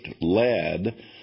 led